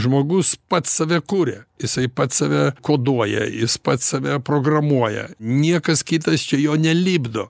žmogus pats save kuria jisai pats save koduoja jis pats save programuoja niekas kitas čia jo nelipdo